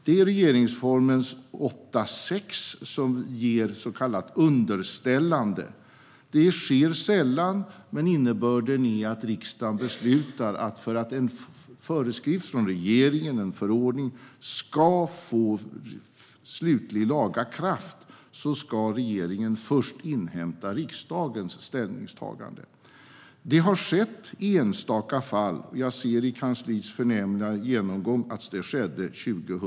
Det är 8 kap. 6 § regeringsformen som ger så kallat underställande. Det sker sällan, men innebörden är att riksdagen beslutar att för att en föreskrift från regeringen, en förordning, ska vinna slutlig laga kraft ska regeringen först inhämta riksdagens ställningstagande. Detta har skett i enstaka fall. Jag ser i kansliets förnämliga genomgång att det skedde 2010/11.